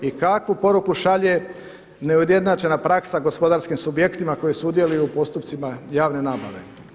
I kakvu poruku šalje neujednačena praksa gospodarskim subjektima koji sudjeluju u postupcima javne nabave?